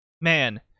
man